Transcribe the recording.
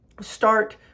start